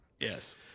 Yes